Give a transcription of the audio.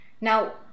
Now